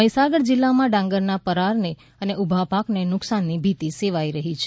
મહિસાગર જીલ્લામાં ડાંગરના પરારને અને ઉભા પાકના નુકશાનની ભીતી સેવાઇ રહી છે